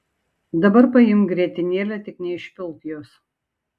dabar paimk grietinėlę tik neišpilk jos